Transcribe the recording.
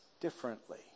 differently